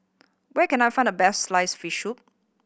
where can I find the best sliced fish soup